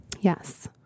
Yes